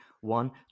one